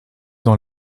dans